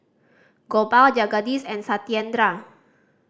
Gopal Jagadish and Satyendra